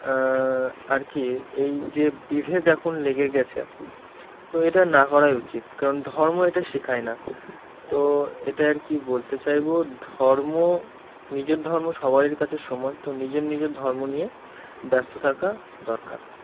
আর কি এই যে বিভেদ এখন লেগে গেছে তো এটা না করাই উচিত কারণ ধর্ম এটা শেখায় না তো এটা আর কি বলতে চাইব ধর্ম নিজের ধর্ম সবারই কাছে সমান তো নিজের নিজের ধর্ম নিয়ে ব্যস্ত থাকা দরকার